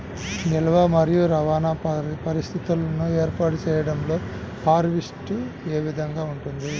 నిల్వ మరియు రవాణా పరిస్థితులను ఏర్పాటు చేయడంలో హార్వెస్ట్ ఏ విధముగా ఉంటుంది?